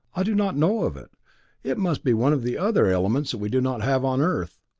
i do not know of it it must be one of the other elements that we do not have on earth.